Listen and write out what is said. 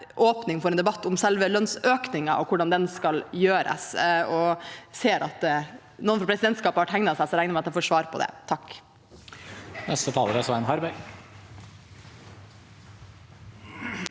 åpning for en debatt om selve lønnsøkningen og hvordan den skal gjøres. Jeg ser at noen fra presidentskapet har tegnet seg, så jeg regner med at jeg får svar på det.